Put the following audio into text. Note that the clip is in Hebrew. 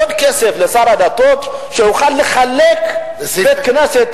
עוד כסף לשר הדתות שיוכל לחלק לבית-כנסת,